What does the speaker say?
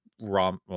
ROM